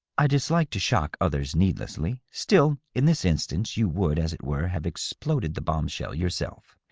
i dislike to shock others needlessly. still, in this instance, you would, as it were, have exploded the bomb-shell yourself.